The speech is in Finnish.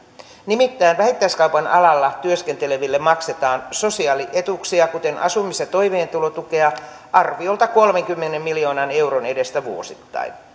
nimittäin vähittäiskaupan alalla työskenteleville maksetaan sosiaalietuuksia kuten asumis ja toimeentulotukea arviolta kolmenkymmenen miljoonan euron edestä vuosittain